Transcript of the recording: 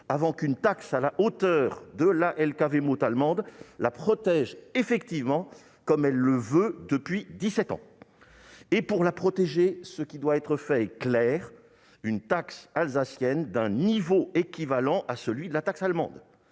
avant qu'une taxe à la hauteur de la allemande ne la protège effectivement, comme elle le veut depuis dix-sept ans. Pour la protéger, ce qui doit être fait est clair : une taxe alsacienne d'un niveau équivalent à celui de la taxe allemande.